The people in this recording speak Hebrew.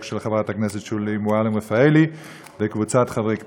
של חברת הכנסת שולי מועלם-רפאלי וקבוצת חברי הכנסת.